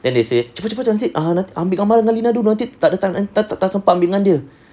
then they say cepat cepat cepat ambil gambar dengan lina dulu